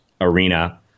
arena